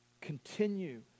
continue